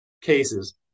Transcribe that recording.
cases